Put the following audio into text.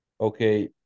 okay